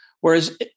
Whereas